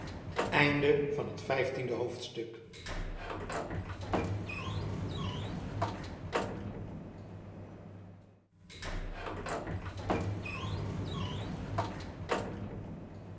van het voorportaal